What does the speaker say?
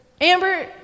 Amber